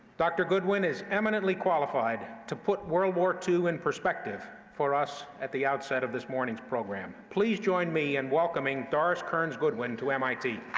dr. goodwin is eminently qualified to put world war ii in perspective for us at the outset of this morning's program. please join me in welcoming doris kearns goodwin to mit.